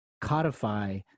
codify